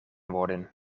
worden